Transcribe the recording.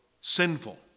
sinful